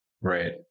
Right